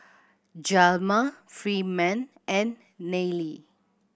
Hjalmar Freeman and Nelie